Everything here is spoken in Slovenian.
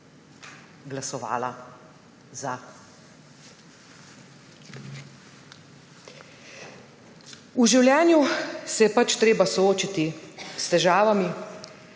glasovala za. V življenju se je pač treba soočiti s težavami